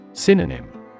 Synonym